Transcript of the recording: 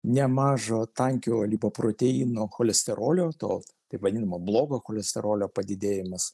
ne mažo tankio lipoproteinų cholesterolio to taip vadinamo blogo cholesterolio padidėjimas